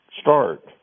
start